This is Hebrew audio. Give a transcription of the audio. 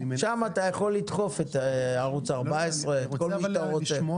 שם אתה יכול לדחוף את ערוץ 14 ואת כל מי שאתה רוצה.